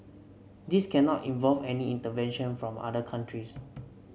this cannot involve any intervention from other countries